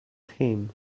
him